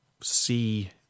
see